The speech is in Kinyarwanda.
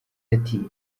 ati